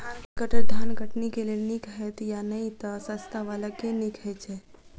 Brush cutter धान कटनी केँ लेल नीक हएत या नै तऽ सस्ता वला केँ नीक हय छै?